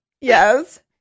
yes